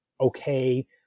okay